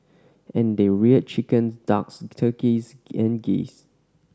and they reared chicken ducks turkeys and geese